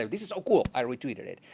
this is ah cool, i tweeted it.